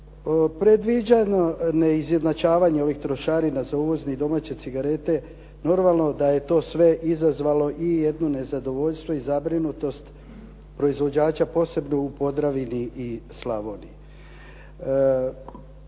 Predviđanje neizjednačavanje ovih trošarina za uvozne i domaće cigarete, normalno da je to sve izazvalo i jednu nezadovoljstvo i zabrinutost proizvođača posebno u Podravini i Slavoniji.